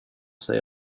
sig